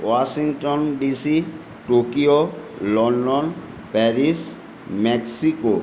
Washington DC Tokyo London Paris Mexico